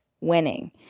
Winning